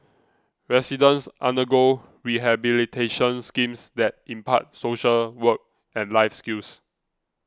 residents undergo rehabilitation schemes that impart social work and life skills